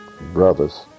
brother's